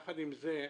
יחד עם זאת,